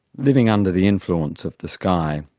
living under the influence of the sky.